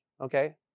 Okay